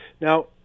Now